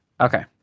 Okay